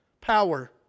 power